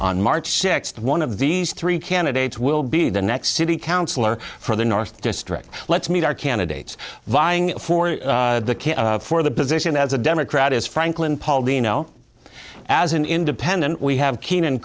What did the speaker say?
on march sixth one of these three candidates will be the next city councillor for the north district let's meet our candidates vying for the kid for the position as a democrat is franklin paulino as an independent we have keenan